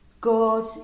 God